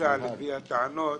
לממוצע לפי הטענות,